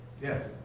Yes